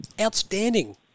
Outstanding